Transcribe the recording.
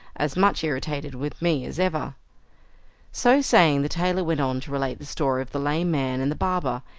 as much irritated with me as ever so saying the tailor went on to relate the story of the lame man and the barber,